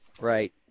Right